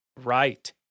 right